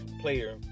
player